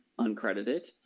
uncredited